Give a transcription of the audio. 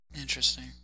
Interesting